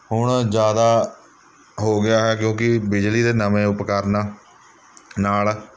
ਹੁਣ ਜ਼ਿਆਦਾ ਹੋ ਗਿਆ ਹੈ ਕਿਉਂਕੀ ਬਿਜਲੀ ਦੇ ਨਵੇਂ ਉਪਕਰਣ ਨਾਲ